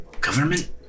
government